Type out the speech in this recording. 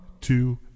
Two